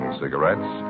cigarettes